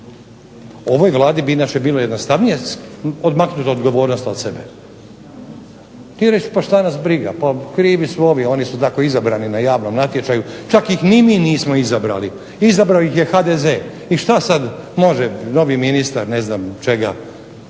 Ovoj Vladi bi bilo jednostavnije odmaknuti odgovornost od sebe i reći pa što nas briga oni su i tako izabrani na javnom natječaju, čak ih ni mi nismo izabrali, izabrao ih je HDZ i što sada može novi ministar poljoprivrede.